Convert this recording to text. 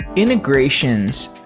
integrations,